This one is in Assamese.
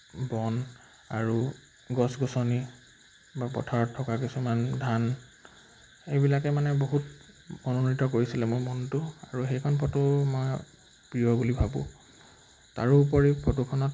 বন আৰু গছ গছনি বা পথাৰত থকা কিছুমান ধান সেইবিলাকে মানে বহুত মনোনীত কৰিছিলে মোৰ মনটো আৰু সেইখন ফটো মই প্ৰিয় বুলি ভাবোঁ তাৰোপৰি ফটোখনত